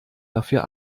dafür